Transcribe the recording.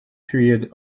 period